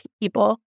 people